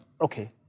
Okay